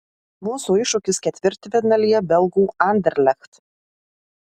mūsų iššūkis ketvirtfinalyje belgų anderlecht